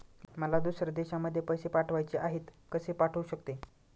मला दुसऱ्या देशामध्ये पैसे पाठवायचे आहेत कसे पाठवू शकते?